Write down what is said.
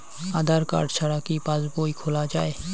আধার card ছাড়া কি পাসবই খোলা যায়?